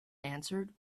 answered